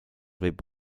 võib